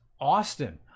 Austin